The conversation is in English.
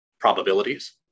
probabilities